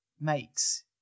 makes